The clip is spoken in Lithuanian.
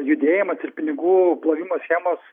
judėjimas ir pinigų plovimo schemos